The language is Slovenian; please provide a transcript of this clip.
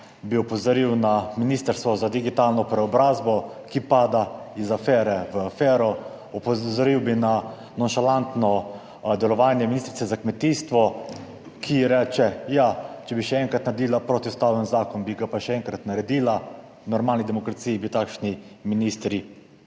bi opozoril na Ministrstvo za digitalno preobrazbo, ki pada iz afere v afero. Opozoril bi na nonšalantno delovanje ministrice za kmetijstvo, ki reče, ja, če bi še enkrat naredila protiustaven zakon, bi ga pa še enkrat naredila. V normalni demokraciji bi takšni ministri